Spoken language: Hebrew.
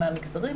מה המגזרים,